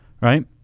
right